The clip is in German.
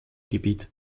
gebiet